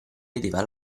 vedeva